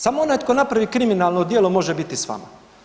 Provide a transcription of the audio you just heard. Samo onaj tko napravi kriminalno djelo može biti s vama.